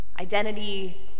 Identity